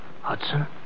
Hudson